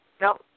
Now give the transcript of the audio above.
No